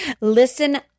listen